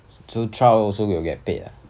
so trial also will get paid ah